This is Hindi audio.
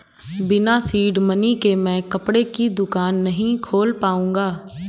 बिना सीड मनी के मैं कपड़े की दुकान नही खोल पाऊंगा